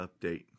update